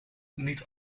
niet